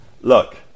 Look